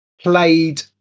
played